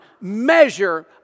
measure